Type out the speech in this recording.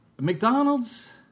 McDonald's